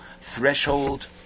threshold